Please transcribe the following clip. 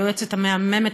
היועצת המהממת,